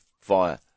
via